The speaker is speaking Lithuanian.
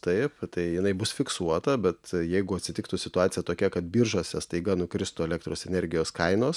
taip tai jinai bus fiksuota bet jeigu atsitiktų situacija tokia kad biržose staiga nukristų elektros energijos kainos